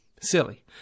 silly